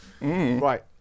Right